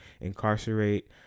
incarcerate